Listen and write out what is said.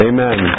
Amen